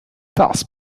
thus